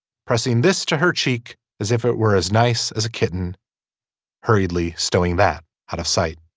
pressing this to her cheek as if it were as nice as a kitten hurriedly stowing that out of sight